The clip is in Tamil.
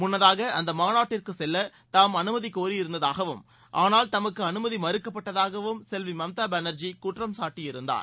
முன்னதாக அந்த மாநாட்டிற்குச் செல்ல தாம் அனுமதி கோரியிருந்ததாகவும் ஆனால் தமக்கு அனுமதி மறுக்கப்பட்டதாகவும் செல்வி மம்தா பானர்ஜி குற்றம் சாட்டியிருந்தார்